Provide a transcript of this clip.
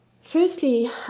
firstly